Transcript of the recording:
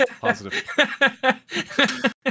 Positive